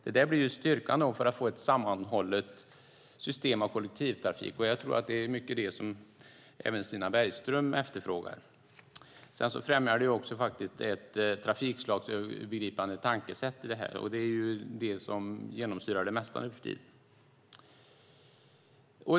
Detta ger en styrka när det gäller att få ett sammanhållet system för kollektivtrafiken. Jag tror att det mycket är vad även Stina Bergström efterfrågar. Dessutom främjas med detta ett trafikslagsövergripande tankesätt, något som nu för tiden genomsyrar det mesta.